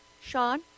Sean